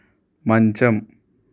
మంచం